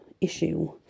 issue